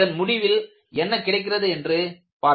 இதன் முடிவில் என்ன கிடைக்கிறது என்று பார்க்கலாம்